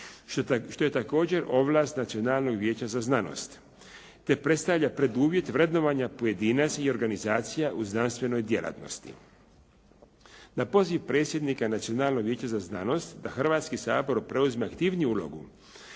što je također ovlast Nacionalnog vijeća za znanost te predstavlja preduvjet vrednovanja pojedinac i organizacija u znanstvenoj djelatnosti. Na poziv predsjednika Nacionalnog vijeća za znanost da Hrvatski sabor preuzme aktivniju ulogu